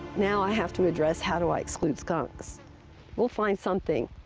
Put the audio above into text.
now i have to address, how do i exclude skunks we'll find something.